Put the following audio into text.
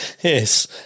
Yes